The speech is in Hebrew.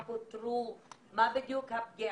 הוא לא הופיע